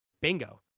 Bingo